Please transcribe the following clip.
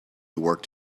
worked